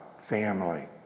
Family